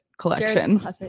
collection